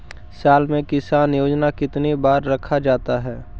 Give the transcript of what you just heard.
साल में किसान योजना कितनी बार रखा जाता है?